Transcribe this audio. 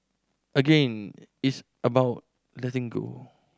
again it's about letting go